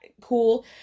cool